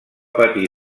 patir